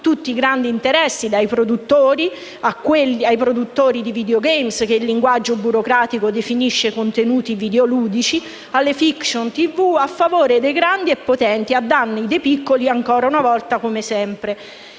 tutti i grandi interessi, dai produttori di videogame (che il linguaggio burocratico definisce “contenuti videoludici”) alle fiction tv, a favore dei grandi e potenti, e a danno dei piccoli, ancora una volta e come sempre.